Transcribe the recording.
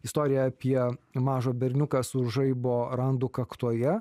istoriją apie mažą berniuką su žaibo randu kaktoje